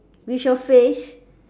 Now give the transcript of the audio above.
with your face